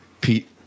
Pete